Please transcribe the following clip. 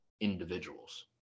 individuals